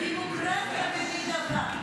הדמוקרטיה במיטבה.